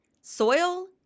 Soil